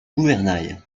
gouvernail